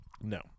No